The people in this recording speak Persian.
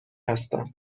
هستم